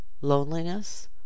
loneliness